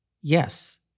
Yes